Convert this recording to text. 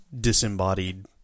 disembodied